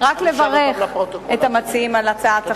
רק לברך את המציעים על הצעת החוק.